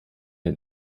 den